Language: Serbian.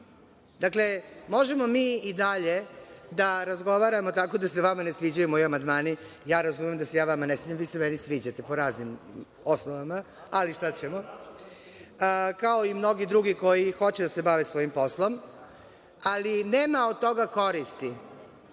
zakon. Dakle, možemo mi i dalje da razgovaramo i dalje tako da se vama ne sviđaju moji amandmani, razumem da se ja vama ne sviđam, vi se meni sviđate, po raznim osnovama, ali šta ćemo. Kao i mnogi drugi koji hoće da se bave svojim poslom, ali nema od toga koristi.